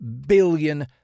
billion